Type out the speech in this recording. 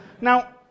Now